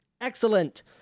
Excellent